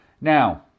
Now